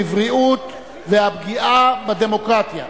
בבריאות ובחינוך והפגיעה בדמוקרטיה,